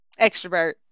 Extrovert